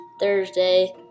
Thursday